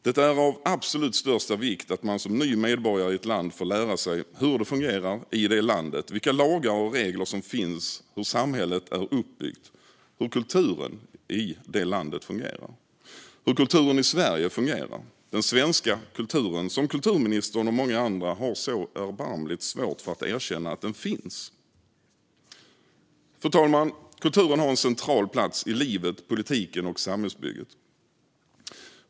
Det är av absolut största vikt att man som ny medborgare i ett land får lära sig hur det fungerar i det landet, vilka lagar och regler som finns, hur samhället är uppbyggt och hur kulturen i det landet fungerar - hur kulturen i Sverige fungerar - den svenska kultur som kulturministern och många andra har så erbarmligt svårt att erkänna finns. Fru talman! Kulturen har en central plats i livet, politiken och samhällsbygget.